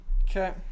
Okay